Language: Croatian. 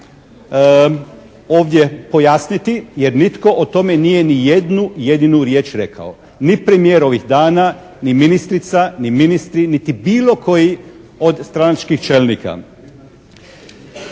ovdje pojasniti, jer nitko o tome nije ni jednu jedinu riječ rekao, ni premijer ovih dana, ni ministrica, ni ministri, niti bilo koji od stranačkih čelnika.